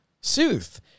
sooth